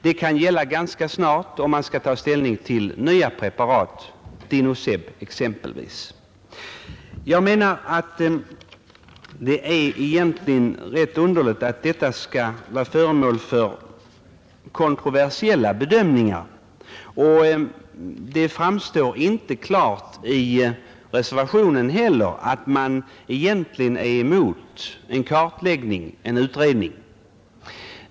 Det kan gälla ganska snart igen, om man skall ta ställning till nya preparat, dinoseb exempelvis. Egentligen är det rätt underligt att denna fråga skall vara föremål för kontroversiella bedömningar. Det framstår inte klart i reservationen heller att man i själva verket är emot en kartläggning eller utredning.